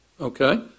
Okay